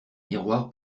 miroir